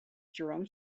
jerome